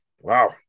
wow